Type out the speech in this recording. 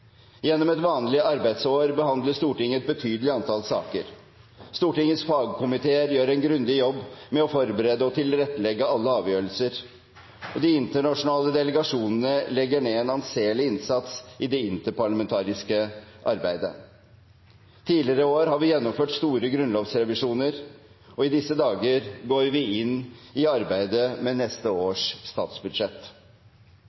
Gjennom et vanlig arbeidsår behandler Stortinget et betydelig antall saker. Stortingets fagkomiteer gjør en grundig jobb med å forberede og tilrettelegge alle avgjørelser. De internasjonale delegasjonene legger ned en anselig innsats i det interparlamentariske arbeidet. Tidligere i år har vi gjennomført store grunnlovsrevisjoner, og i disse dager går vi inn i arbeidet med neste